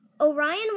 Orion